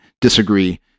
disagree